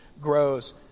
grows